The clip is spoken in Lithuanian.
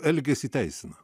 elgesį teisina